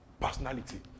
Personality